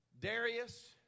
Darius